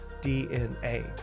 DNA